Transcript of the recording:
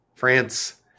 France